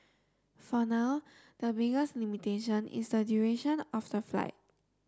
for now the biggest limitation is the duration of the flight